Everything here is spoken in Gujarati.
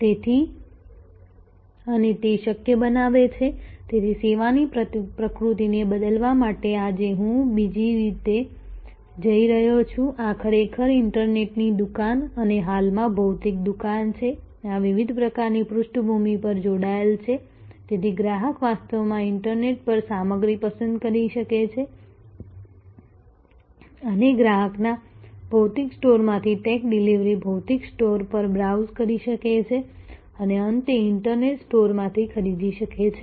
તેથી અને તે શક્ય બનાવે છે તેથી સેવાની પ્રકૃતિને બદલવા માટે આ હું બીજી રીતે જઈ રહ્યો છું આ ખરેખર ઇન્ટરનેટની દુકાન અને હાલમાં ભૌતિક દુકાન છે આ વિવિધ પ્રકારની પૃષ્ઠભૂમિ પર જોડાયેલ છે તેથી ગ્રાહક વાસ્તવમાં ઇન્ટરનેટ પર સામગ્રી પસંદ કરી શકે છે અને ગ્રાહકના ભૌતિક સ્ટોરમાંથી ટેક ડિલિવરી ભૌતિક સ્ટોર પર બ્રાઉઝ કરી શકે છે અને અંતે ઇન્ટરનેટ સ્ટોરમાંથી ખરીદી શકે છે